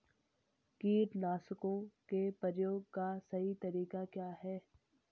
कीटनाशकों के प्रयोग का सही तरीका क्या है?